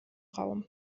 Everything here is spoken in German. raum